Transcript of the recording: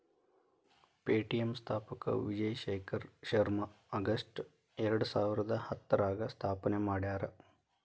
Paytm ಸ್ಥಾಪಕ Vijay Shekhar Sharma August ಎರಡಸಾವಿರದ ಹತ್ತರಾಗ ಸ್ಥಾಪನೆ ಮಾಡ್ಯಾರ